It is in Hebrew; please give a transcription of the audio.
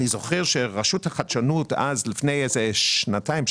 אני זוכר שרשות החדשנות לפני שנתיים,